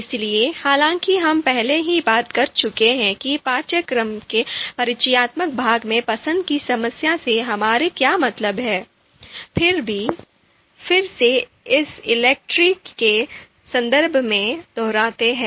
इसलिए हालांकि हम पहले ही बात कर चुके हैं कि पाठ्यक्रम के परिचयात्मक भाग में पसंद की समस्या से हमारा क्या मतलब है फिर भी हम फिर से इसे ELECTRE के संदर्भ में दोहराते हैं